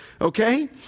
Okay